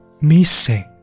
Missing